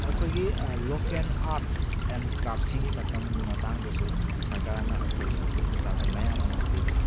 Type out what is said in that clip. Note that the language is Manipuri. ꯑꯩꯈꯣꯏꯒꯤ ꯂꯣꯀꯦꯟ ꯑꯥꯔꯠ ꯑꯦꯟ ꯀ꯭ꯔꯥꯐꯁꯤꯡꯒꯤ ꯃꯇꯝ ꯃꯇꯥꯡꯗꯁꯨ ꯁꯔꯀꯥꯔꯅ ꯑꯩꯈꯣꯏꯗ ꯈꯨꯗꯣꯡꯆꯥꯕ ꯃꯌꯥꯝ ꯑꯃ ꯄꯤꯔꯤ